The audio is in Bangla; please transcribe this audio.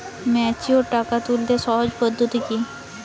ম্যাচিওর টাকা তুলতে সহজ পদ্ধতি কি?